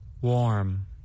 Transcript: Warm